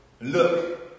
look